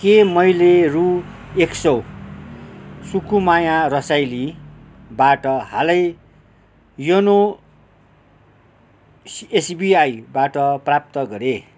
के मैले रु एक सौ सुकुमाया रसाइलीबाट हालै योनो एसबिआई बाट प्राप्त गरेँ